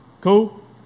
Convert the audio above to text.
Cool